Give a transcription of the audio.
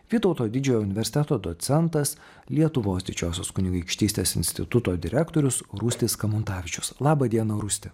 vytauto didžiojo universiteto docentas lietuvos didžiosios kunigaikštystės instituto direktorius rūstis kamuntavičius laba diena rūsti